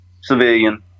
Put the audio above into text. Civilian